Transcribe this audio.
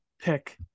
pick